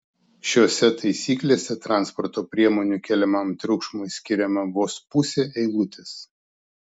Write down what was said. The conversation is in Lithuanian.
šiose taisyklėse transporto priemonių keliamam triukšmui skiriama vos pusė eilutės